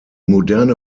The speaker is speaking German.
moderne